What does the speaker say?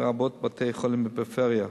לרבות בתי-החולים בפריפריה.